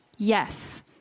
Yes